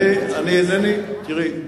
תראי,